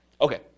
Okay